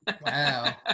wow